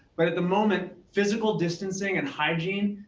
but at the moment, physical distancing and hygiene,